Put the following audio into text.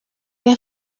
què